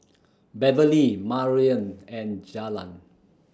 Beverley Marion and Jalon